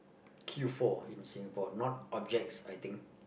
queue for in Singapore not objects I think